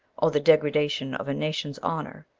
or the degradation of a nation's honour,